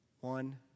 One